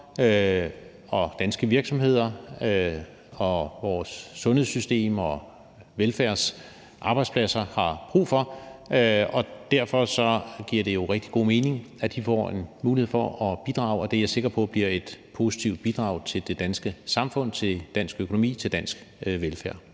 som danske virksomheder og vores sundhedssystem og velfærdsarbejdspladser har brug for, og derfor giver det jo rigtig god mening, at de får en mulighed for at bidrage. Og det er jeg sikker på bliver et positivt bidrag til det danske samfund, til dansk økonomi, til dansk velfærd.